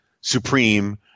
supreme